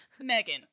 Megan